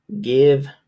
give